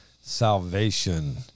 salvation